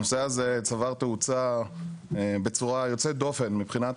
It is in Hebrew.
הנושא הזה צבר תאוצה בצורה יוצאת דופן מבחינת